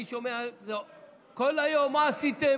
אני שומע כל היום: מה עשיתם?